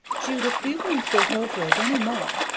judith, we won't work over it any more,